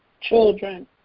Children